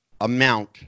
amount